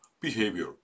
behavior